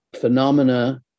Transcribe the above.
phenomena